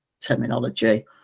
terminology